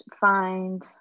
find